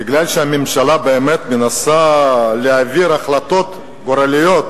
מכיוון שהממשלה באמת מנסה להעביר החלטות גורליות